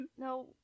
No-